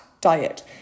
diet